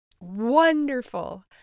wonderful